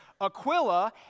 Aquila